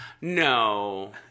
No